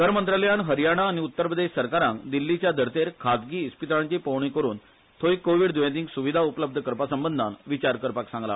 घर मंत्रालयान हरयाणा आनी उत्तर प्रदेश सरकारांक दिल्लीच्या धर्तेर खाजगी इस्पितळांची पळोवणी करून थंय कोविड दुयेंतींक सुविधा उपलब्ध करपासंबदान विचार करूंक सांगला